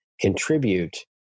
contribute